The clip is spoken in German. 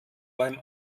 beim